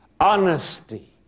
honesty